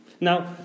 Now